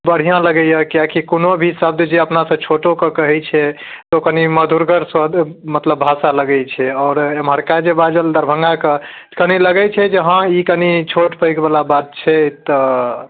बढ़िआँ लगैया किआकी कोनो भी शब्द जे अपनासँ छोटोके कहैत छै ओ कनि मधुरगर शब्द मतलब भाषा लगैत छै आओर एमहरका जे बाजल दरभङ्गाके कनि लगैत छै जे हँ ई कनि छोट पैघ बला बात छै तऽ